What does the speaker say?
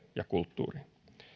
ja kulttuuriin